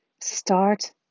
Start